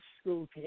school